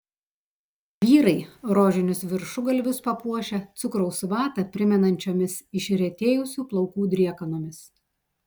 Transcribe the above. vyrai rožinius viršugalvius papuošę cukraus vatą primenančiomis išretėjusių plaukų driekanomis